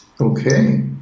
Okay